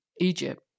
Egypt